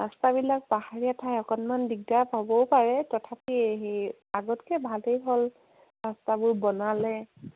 ৰাস্তাবিলাক পাহাৰীয় এঠাই অকণমান দিগদাৰ হ'বও পাৰে তথাপি হেৰি আগতকৈ ভালেই হ'ল ৰাস্তাবোৰ বনালে